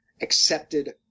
accepted